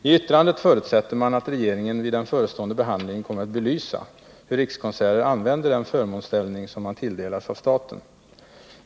I yttrandet förutsätter man att regeringen vid den förestående behandlingen kommer att belysa hur Rikskonserter använder den förmånsställning som man tilldelats av staten.